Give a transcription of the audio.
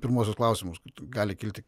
pirmuosius klausimus gali kilti